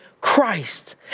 Christ